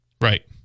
Right